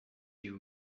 you